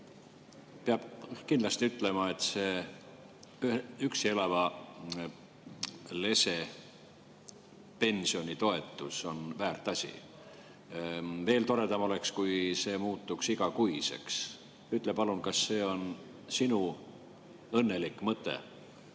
Peab kindlasti ütlema, et see üksi elava lese pensionitoetus on väärt asi. Veel toredam oleks, kui see muutuks igakuiseks. Ütle palun, kas see on sinu õnnelik mõte